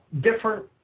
different